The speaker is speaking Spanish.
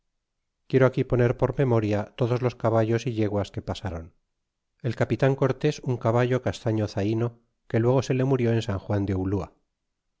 quiero aquí poner por memoria todos los caballos y yeguas que pasron el capitan cortés un caballo castaño zaino que luego se le murió en s juan de ulua